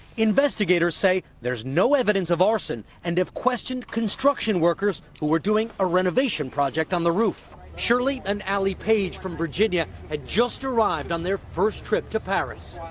investigators say there's no evidence of arson, and have questioned construction workers who were doing a renovation project on the roof. shirley and allie page from virginia had just arrived on their first trip to paris,